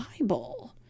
Bible